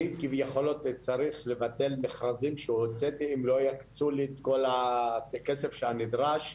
אני כביכול צריך לבטל מכרזים שהוצאתי אם לא יקצו לי את הכסף הנדרש,